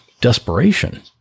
desperation